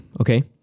okay